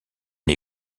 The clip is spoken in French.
une